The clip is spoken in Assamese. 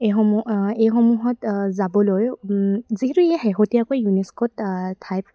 এইসমূহ এইসমূহত যাবলৈ যিহেতু ইয়াৰ শেহতীয়াকৈ ইউনিস্ক'ত ঠাই